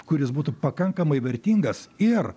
kuris būtų pakankamai vertingas ir